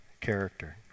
character